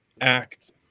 act